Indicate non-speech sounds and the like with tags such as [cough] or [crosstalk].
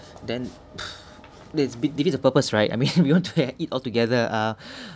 then [breath] that's defeat the purpose right I mean [laughs] we want to have eat altogether uh